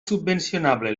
subvencionable